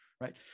right